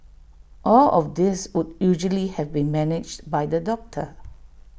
all of this would usually have been managed by the doctor